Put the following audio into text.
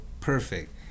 perfect